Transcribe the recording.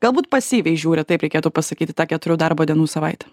galbūt pasyviai žiūri taip reikėtų pasakyt į tą keturių darbo dienų savaitę